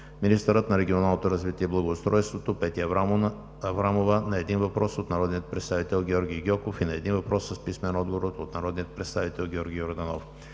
министърът на регионалното развитие и благоустройството Петя Аврамова – на един въпрос от народния представител Георги Гьоков и на един въпрос с писмен отговор от народния представител Георги Йорданов;